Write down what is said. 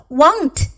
want